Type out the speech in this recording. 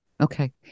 Okay